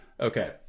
Okay